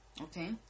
Okay